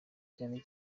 cyane